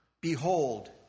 Behold